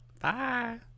Bye